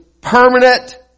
permanent